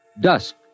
Dusk